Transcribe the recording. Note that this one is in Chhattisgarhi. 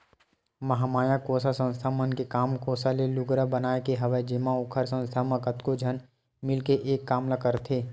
महामाया कोसा संस्था मन के काम कोसा ले लुगरा बनाए के हवय जेमा ओखर संस्था म कतको झन मिलके एक काम ल करथे